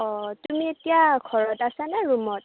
অ' তুমি এতিয়া ঘৰত আছা নে ৰুমত